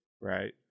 Right